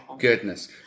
Goodness